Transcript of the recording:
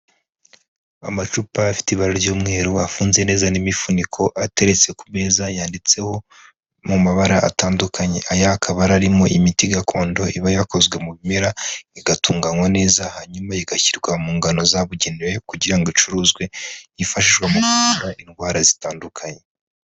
Amacupa afite ibara ry'umweru afunze neza n'imifuniko, ateretse ku meza yanditseho mu mabara atandukanye, aya akaba yari arimo imiti gakondo iba yakozwe mu bimera igatunganywa neza, hanyuma igashyirwa mu ngano zabugenewe kugira ngo icuruzwe, yifashishwa mu kuvura indwara zitandukanye.